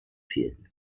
fehlen